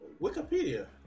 Wikipedia